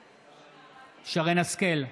בעד שרן מרים השכל,